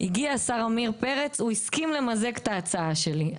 הגיע השר עמיר פרץ והוא הסכים למזג את ההצעה שלי.